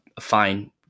fine